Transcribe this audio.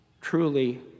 truly